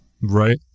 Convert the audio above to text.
Right